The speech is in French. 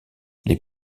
les